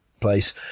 place